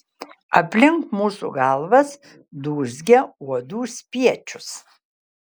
aplink mūsų galvas dūzgia uodų spiečius